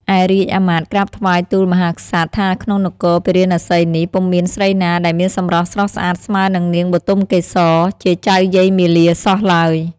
ឯរាជអាមាត្យក្រាបថ្វាយទូលមហាក្សត្រថាក្នុងនគរពារាណសីនេះពុំមានស្រីណាដែលមានសម្រស់ស្រស់ស្អាតស្មើនឹងនាងបុទមកេសរជាចៅយាយមាលាសោះឡើយ។